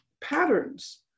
patterns